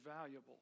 valuable